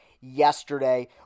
yesterday